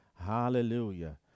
Hallelujah